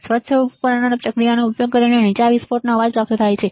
સ્વચ્છ ઉપકરણ પ્રક્રિયાનો ઉપયોગ કરીને નીચા વિસ્ફોટનો અવાજ પ્રાપ્ત થાય છે